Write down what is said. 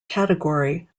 category